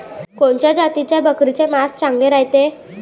कोनच्या जातीच्या बकरीचे मांस चांगले रायते?